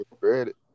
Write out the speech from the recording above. credit